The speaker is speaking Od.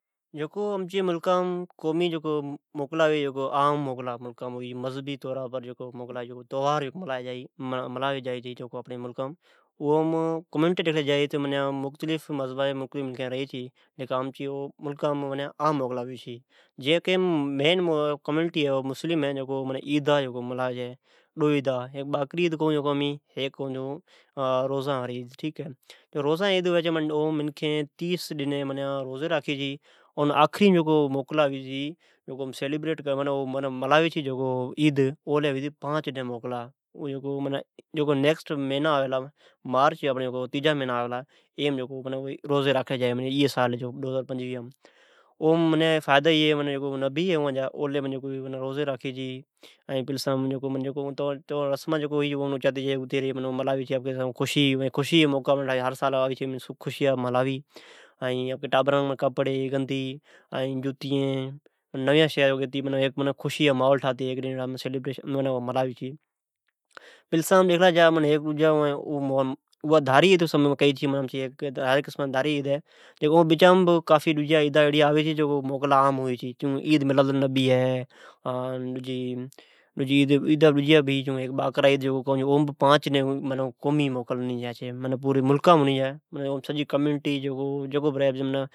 امچے ملکام جکو عام موکلا یا قومی موکلا ھوی چھے ۔ اے ملکام مختلیف مذھبا جی منکھین رھی چھے۔ امچی ملکام مسلم ودیک رھئ ،"اوی ڈو عیدہ ملائی چھے "۔ ھیک"باکرعید "کون ڈجی"روزاجی عید" ھئ۔"روزا جی عید مین ٹی ڈنھن روزے راکھی اوچھ پچھے پانچ ڈنھن موکلا ھوی چھے"۔ائے سال ھا عید مارچ جی مھنی مین ھے ۔ اوہ آپکی نبی جی لاء کری چھے او اوین جا آپکا مذھب ھے۔ جکو پرانڑیان ریتا رسمان ملائی این آپکی ٹابرین نی نوی کپڑی نوی جتیین گیتی ڈٖی ۔ خشیا کری ملاوی چھے ۔ڈجیا جام موکلا ھوی چھے جوں"عید میلادلنبی"جئ موکل این ھیک ڈجی"باکرا عید" پانچ ڈیھن موکل ھوی پری ملکام ھوی پوری کمونٹئ نہ۔